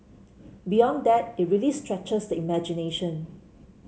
beyond that it really stretches the imagination